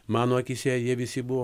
mano akyse jie visi buvo